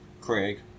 Craig